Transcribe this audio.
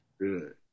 good